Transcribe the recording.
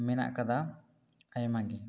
ᱢᱮᱱᱟᱜ ᱟᱠᱟᱫᱟ ᱟᱭᱢᱟ ᱜᱮ